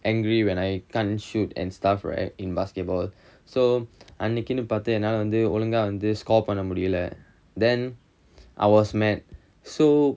angry when I can't shoot and stuff right in basketball so அன்னைக்கினு பாத்து என்னால வந்து ஒழுங்கா வந்து:annaikkinu paathu ennaala vanthu olunga vanthu score பண்ண முடியல:panna mudiyala then I was mad so